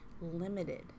limited